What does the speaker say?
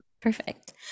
Perfect